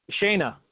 Shayna